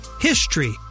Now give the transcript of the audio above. HISTORY